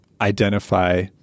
identify